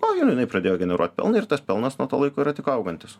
nu ir jinai pradėjo generuot pelną ir tas pelnas nuo to laiko yra tik augantis